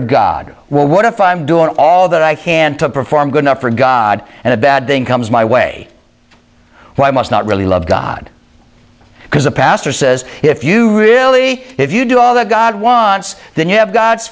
of god well what if i'm doing all that i can to perform good enough for god and a bad thing comes my way why i must not really love god because a pastor says if you really if you do all that god wants then you have god's